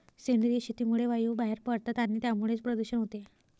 सेंद्रिय शेतीमुळे वायू बाहेर पडतात आणि त्यामुळेच प्रदूषण होते